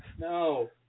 no